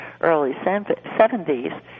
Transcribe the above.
early-'70s